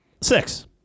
six